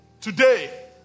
Today